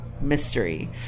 mystery